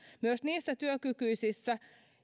myös niissä työkykyisissä